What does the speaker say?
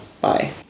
bye